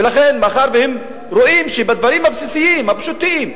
ולכן, מאחר שהם רואים שבדברים הבסיסיים, הפשוטים,